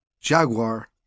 Jaguar